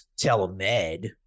Telemed